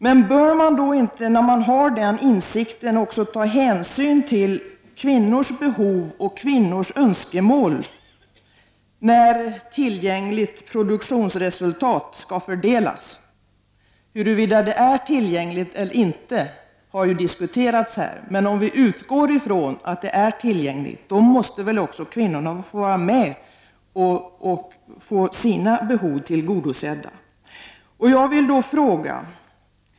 När man har den insikten, bör man då inte också ta hänsyn till kvinnors behov och kvinnors önskemål när tillgängligt produktionsresultat skall fördelas? Huruvida det är tillgängligt eller inte har ju diskuterats, men om vi utgår ifrån att det är tillgängligt måste väl också kvinnorna få vara med och få sina behov tillgodosedda.